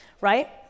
right